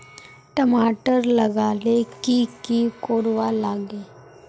टमाटर लगा ले की की कोर वा लागे?